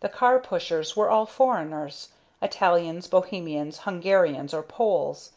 the car-pushers were all foreigners italians, bohemians, hungarians, or poles